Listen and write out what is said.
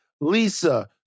Lisa